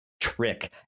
trick